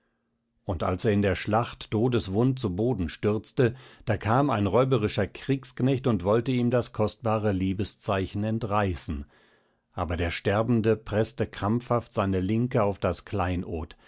und als er in der schlacht todeswund zu boden stürzte da kam ein räuberischer kriegsknecht und wollte ihm das kostbare liebeszeichen entreißen aber der sterbende preßte krampfhaft seine linke auf das kleinod